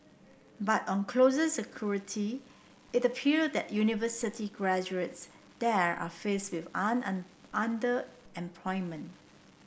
but on closer scrutiny it appear that university graduates there are faced with underemployment